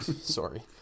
Sorry